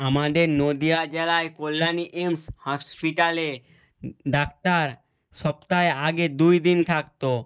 আমাদের নদীয়া জেলায় কল্যাণী এমস হসপিটালে ডাক্তার সপ্তাহে আগে দুই দিন থাকতো